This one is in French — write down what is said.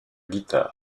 guitare